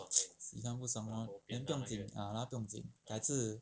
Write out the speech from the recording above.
洗盘不爽 [one] then 不用紧 ah 它不用紧该次